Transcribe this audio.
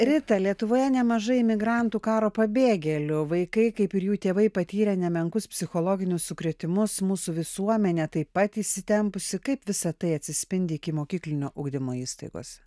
rita lietuvoje nemažai imigrantų karo pabėgėlių vaikai kaip ir jų tėvai patyrę nemenkus psichologinius sukrėtimus mūsų visuomenė taip pat įsitempusi kaip visa tai atsispindi ikimokyklinio ugdymo įstaigose